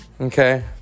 okay